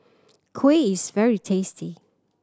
kuih is very tasty